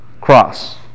cross